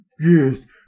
Yes